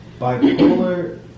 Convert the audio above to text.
Bipolar